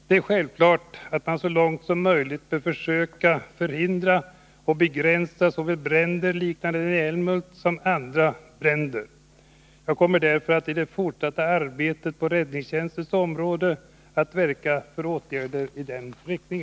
Det är självklart att man så långt det är möjligt bör försöka förhindra eller begränsa såväl bränder liknande dem i Älmhult som andra bränder. Jag kommer därför i det fortsatta arbetet på räddningstjänstens område att verka för åtgärder i denna riktning.